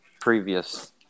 previous